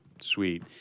Sweet